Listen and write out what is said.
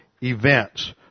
events